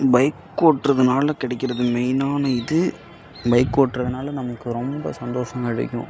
bike ஓட்டுறதுனால கிடைக்கிறது மெயினான இது பைக் ஓட்டுறதுனால நமக்கு ரொம்ப சந்தோஷம் கிடைக்கும்